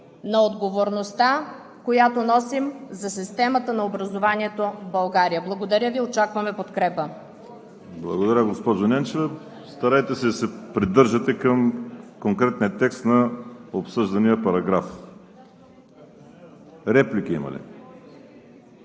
на отговорността, която носим, за системата на образованието в България. Благодаря Ви. Очакваме подкрепа. ПРЕДСЕДАТЕЛ ВАЛЕРИ СИМЕОНОВ: Благодаря, госпожо Ненчева. Старайте се да се придържате към конкретния текст на обсъждания параграф. Реплики има ли?